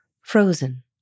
frozen